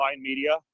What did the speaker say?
media